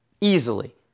easily